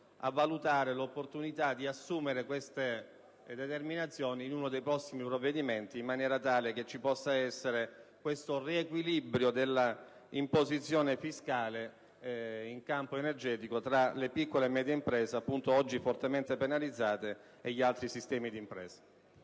a valutare l'opportunità di assumere queste determinazioni in uno dei prossimi provvedimenti. Ciò, al fine di pervenire ad un riequilibrio dell'imposizione fiscale in campo energetico tra le piccole e medie imprese, oggi fortemente penalizzate, e gli altri sistemi di impresa.